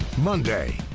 Monday